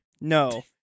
No